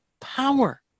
power